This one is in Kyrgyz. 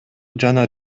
жана